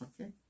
okay